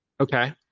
Okay